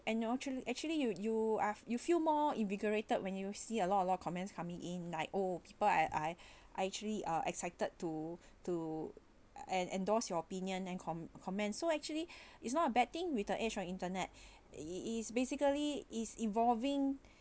and you're actually you you are you feel more invigorated when you see a lot a lot comments coming in like oh people I I I actually uh excited to to and endorsed your opinion and comment so actually it's not a bad thing with the age on internet is basically is evolving